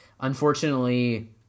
unfortunately